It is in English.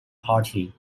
party